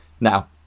now